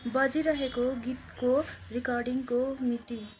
बजिरहेको गीतको रेकर्डिङको मिति